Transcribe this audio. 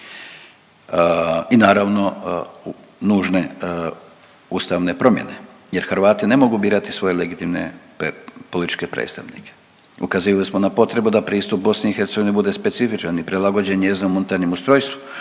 i naravno, u nužne ustavne promjene jer Hrvati ne mogu birati svoje legitimne političke predstavnike. Ukazivali smo na potrebu da pristup BiH bude specifičan i prilagođen njezinom unutarnjem ustrojstvu